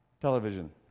television